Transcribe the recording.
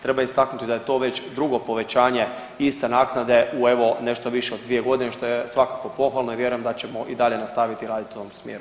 Treba istaknuti da je to već drugo povećanje iste naknade u evo nešto više od 2 godine što je svakako pohvalno i vjerujem da ćemo i dalje nastaviti raditi u ovom smjeru.